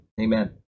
Amen